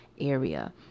area